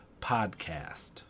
podcast